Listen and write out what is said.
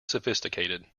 sophisticated